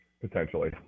potentially